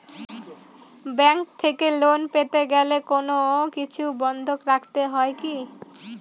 Bank থেকে loan পেতে গেলে কোনো কিছু বন্ধক রাখতে হয় কি?